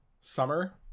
Summer